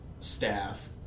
Staff